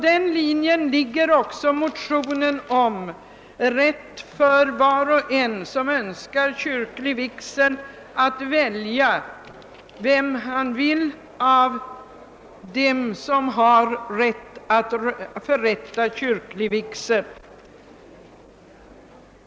Den linjen följs också i motionen om rätt för var och en som önskar kyrklig vigsel att välja vem han vill bland dem som har rätt att förrätta sådan.